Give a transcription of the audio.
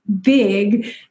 big